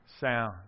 sound